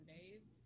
days